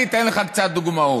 אני אתן לך קצת דוגמאות,